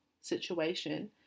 situation